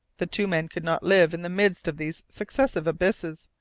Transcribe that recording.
the two men could not live in the midst of these successive abysses,